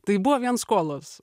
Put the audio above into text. tai buvo vien skolos